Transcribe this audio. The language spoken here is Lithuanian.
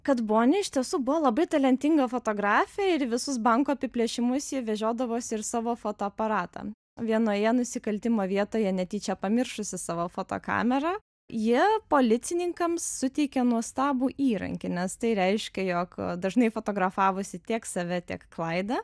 kad boni iš tiesų buvo labai talentinga fotografė ir į visus bankų apiplėšimus ji vežiodavosi ir savo fotoaparatą vienoje nusikaltimo vietoje netyčia pamiršusi savo fotokamerą jie policininkams suteikė nuostabų įrankį nes tai reiškia jog dažnai fotografavosi tiek save tiek klaidą